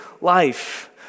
life